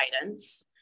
guidance